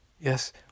Yes